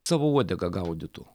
savo uodegą gaudytų